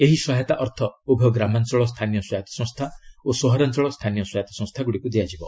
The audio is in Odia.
ଏହି ସହାୟତା ଅର୍ଥ ଉଭୟ ଗ୍ରାମାଞ୍ଚଳ ସ୍ଥାନୀୟ ସ୍ୱାୟତ୍ତ ସଂସ୍ଥା ଓ ସହରାଞ୍ଚଳ ସ୍ଥାନୀୟ ସ୍ୱାୟତ୍ତ ସଂସ୍ଥାଗୁଡ଼ିକୁ ଦିଆଯିବ